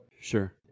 Sure